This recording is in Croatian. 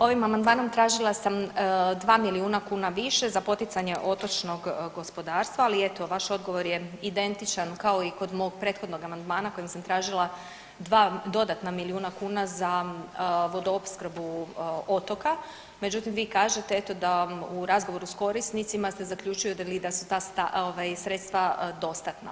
Ovim amandmanom tražila sam 2 milijuna kuna više za poticanje otočnog gospodarstva, ali eto, vaš odgovor je identičan kao i kod mog prethodnog amandmana kojim sam tražila 2 dodatna milijuna kuna za vodoopskrbu otoka, međutim, vi kažete eto da u razgovoru s korisnicima ste zaključili da su ta sredstva dostatna.